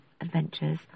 adventures